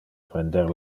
prender